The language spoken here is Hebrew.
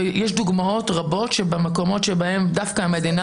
יש דוגמאות רבות שבמקומות שבהם דווקא המדינה